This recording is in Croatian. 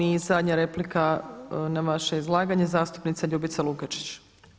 I zadnja replika na vaše izlaganje zastupnica Ljubica Lukačić.